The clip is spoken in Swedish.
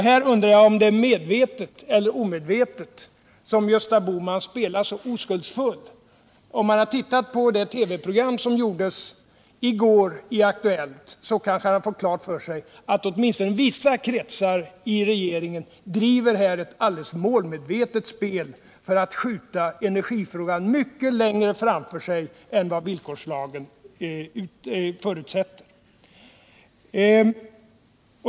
Jag undrar här om det är medvetet eller omedvetet som Gösta Bohman spelar så oskuldsfull. Om han tittade på TV-aktuellt i går kväll kanske han fick klart för sig att åtminstone vissa kretsar i regeringen driver ett alldeles målmedvetet spel för att skjuta energifrågan mycket längre framför sig än vad villkorslagen förutsätter.